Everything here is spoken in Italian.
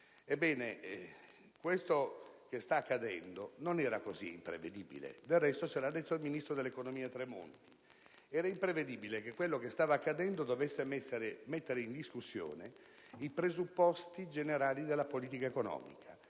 Ebbene, ciò che sta accadendo non era così imprevedibile; del resto, ce lo ha detto il ministro dell'economia Tremonti. Era imprevedibile che quello che stava accadendo dovesse mettere in discussione i presupposti generali della politica economica